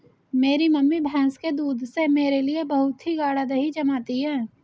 मेरी मम्मी भैंस के दूध से मेरे लिए बहुत ही गाड़ा दही जमाती है